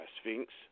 sphinx